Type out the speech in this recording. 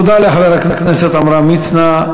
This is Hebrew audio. תודה לחבר הכנסת עמרם מצנע.